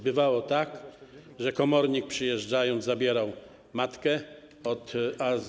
Bywało tak, że komornik przyjeżdżał i zabierał matkę, a.